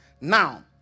Now